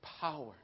power